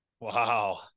Wow